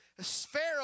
Pharaoh